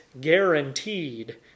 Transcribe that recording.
guaranteed